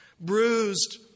Bruised